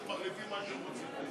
הם פשוט מחליטים מה שהם רוצים.